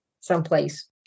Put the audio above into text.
someplace